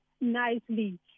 nicely